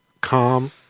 calm